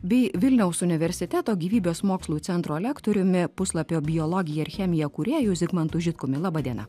bei vilniaus universiteto gyvybės mokslų centro lektoriumi puslapio biologija ir chemija kūrėju zigmantu žitkumi laba diena